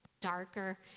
darker